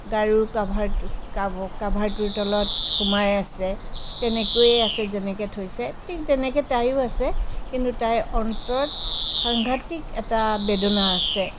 গাৰুৰ কাভাৰটো কা কাভাৰটোৰ তলত সোমাই আছে তেনেকৈয়ে আছে যেনেকৈ থৈছে ঠিক তেনেকৈ তাইয়ো আছে কিন্তু তাইৰ অন্তৰত সাংঘাটিক এটা বেদনা আছে